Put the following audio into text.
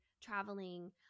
traveling